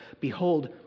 Behold